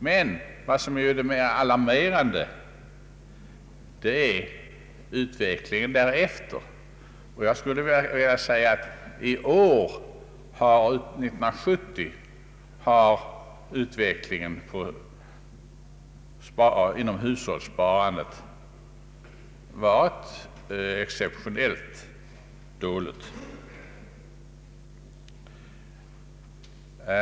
Men vad som är alarmerande är utvecklingen därefter, och år 1970 har hushållssparandet varit exceptionellt dåligt.